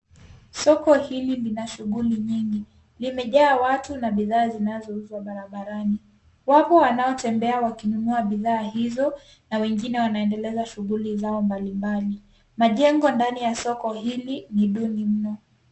Soko hili lina shughuli nyingi. Limejaa watu na bidhaa zinazouzwa barabarani. Wapo wanaotembea wakinunua bidhaa hizo na wengine wanaendeleza shughuli zao mbalimbali. Majengo ndani ya soko hili ni duni mno.